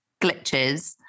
glitches